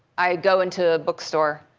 i go into a bookstore.